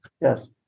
yes